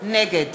נגד